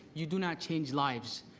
you do not change lives.